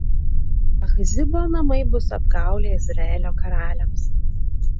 achzibo namai bus apgaulė izraelio karaliams